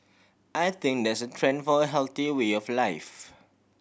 I think there's a trend for a healthier way of life